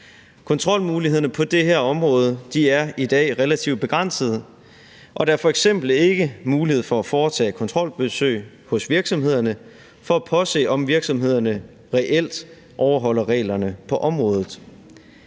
Kontrolmulighederne på det her område er i dag relativt begrænsede, og der er f.eks. ikke mulighed for at foretage kontrolbesøg hos virksomhederne for at påse, om virksomhederne reelt overholder reglerne på området.